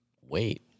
wait